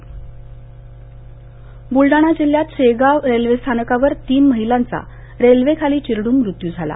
अपवात ब्लडाणा जिल्ह्यात शेगाव रेल्वे स्थानकावर तीन महिलांचा रेल्वे खाली चिरडून मृत्यू झाला